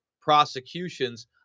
prosecutions